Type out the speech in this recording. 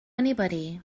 anybody